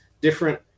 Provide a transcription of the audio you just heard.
different